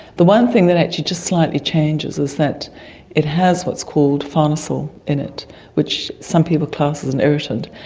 the one thing that actually just slightly changes is that it has what's called farnesyl in it which some people class as an irritant.